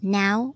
now